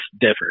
differ